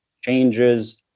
changes